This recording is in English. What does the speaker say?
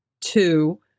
two